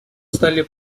стали